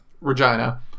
Regina